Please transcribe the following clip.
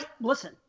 listen